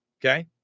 Okay